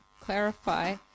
clarify